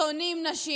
שונאים נשים,